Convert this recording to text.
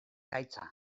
gaitza